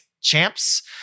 champs